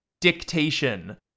dictation